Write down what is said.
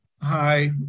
hi